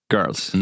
Girls